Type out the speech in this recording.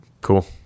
Cool